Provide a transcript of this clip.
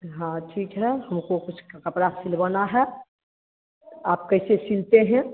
हाँ ठीक है हमको कुछ कपड़ा सिलवाना है आप कैसे सिलते हैं